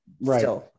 right